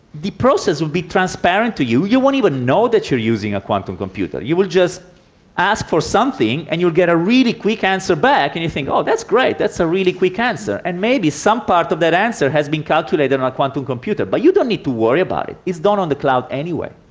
the process will be transparent to you, you won't even know that you're using a quantum computer. you will just ask for something and you will get a really quick answer back and you think, oh, that's great, that's a really quick answer, and maybe some part of that answer has been calculated on and a quantum computer, but you don't need to worry about it, it's done on the cloud anyway.